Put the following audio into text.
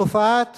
תופעת